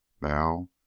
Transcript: Now